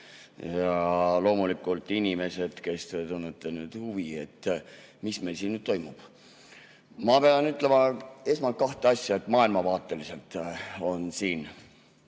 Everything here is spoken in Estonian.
Ja loomulikult inimesed, kes te tunnete huvi, mis meil siin nüüd toimub! Ma pean ütlema esmalt kahte asja. Maailmavaateliselt on siin